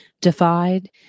defied